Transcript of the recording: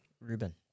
Ruben